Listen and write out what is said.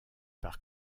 par